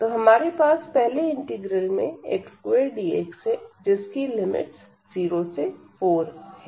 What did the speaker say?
तो हमारे पास पहले इंटीग्रल में x2dx है जिसकी लिमिट्स 0 से 4 है